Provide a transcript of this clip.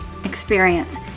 Experience